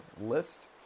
list